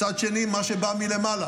מצד שני, מה שבא מלמעלה: